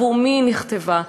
עבור מי היא נכתבה?